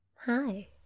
Hi